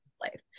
life